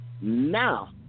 Now